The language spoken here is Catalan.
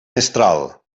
mestral